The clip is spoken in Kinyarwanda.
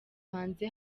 hanze